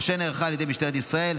אשר נערכה על ידי משטרת ישראל,